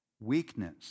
Weakness